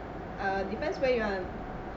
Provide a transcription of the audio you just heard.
err depends where you want to